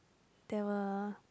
there were